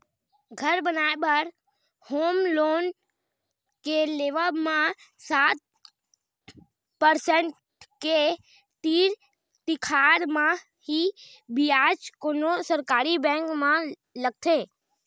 घर बनाए बर होम लोन के लेवब म सात परसेंट के तीर तिखार म ही बियाज कोनो सरकारी बेंक म लगथे